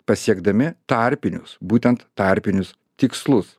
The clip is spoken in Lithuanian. pasiekdami tarpinius būtent tarpinius tikslus